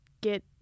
Get